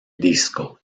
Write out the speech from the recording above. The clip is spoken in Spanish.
disco